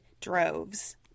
droves